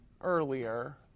earlier